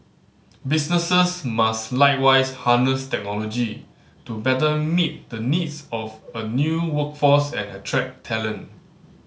businesses must likewise harness technology to better meet the needs of a new workforce and attract talent